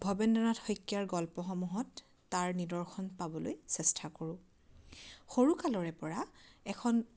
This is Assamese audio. ভৱেন্দ্ৰনাথ শইকীয়াৰ গল্পসমূহত তাৰ নিদৰ্শন পাবলৈ চেষ্টা কৰোঁ সৰু কালৰে পৰা এখন